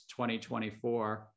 2024